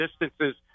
distances